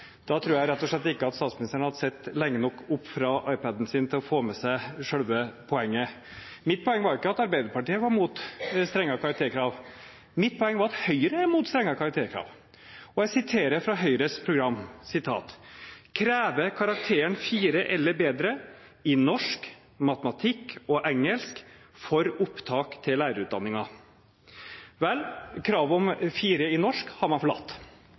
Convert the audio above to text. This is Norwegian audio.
Da tror jeg rett og slett ikke at statsministeren har sett lenge nok opp fra iPad-en sin til å få med seg selve poenget. Mitt poeng var ikke at Arbeiderpartiet var mot strengere karakterkrav. Mitt poeng var at Høyre er mot strengere karakterkrav. Jeg siterer fra Høyres program. De vil «kreve karakteren 4 eller bedre i norsk, matematikk og engelsk for opptak til lærerutdanningen». Vel, kravet om 4 i norsk har man forlatt.